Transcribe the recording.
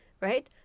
right